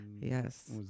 yes